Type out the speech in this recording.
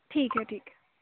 ٹھیک ہے ٹھیک ہے